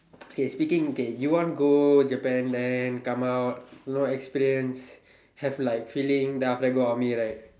K speaking K you want go Japan then come out no experience have like feeling then after that go army right